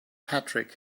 patrick